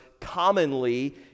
commonly